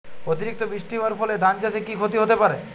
অতিরিক্ত বৃষ্টি হওয়ার ফলে ধান চাষে কি ক্ষতি হতে পারে?